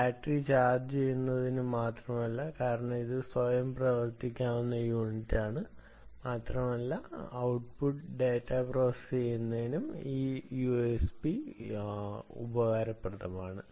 battery charge ചെയ്യുന്നതിന് മാത്രമല്ല കാരണം ഇത് സ്വയം പ്രവർത്തിക്കുന്ന യൂണിറ്റാണ് ഔട്ട്പുട്ട് ഡാറ്റ പ്രോസസ്സ് ചെയ്യുന്നതിനും വളരെ ഉപയോഗപ്രദമാണ്